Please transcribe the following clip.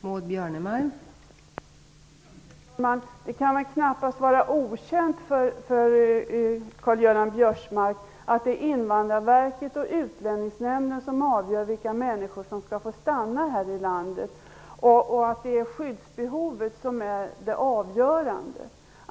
Fru talman! Det kan knappast vara okänt för Karl Göran Biörsmark att det är Invandrarverket och Utlänningsnämnden som avgör vilka människor som skall få stanna här i landet, och att det är skyddsbehovet som är avgörande.